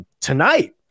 tonight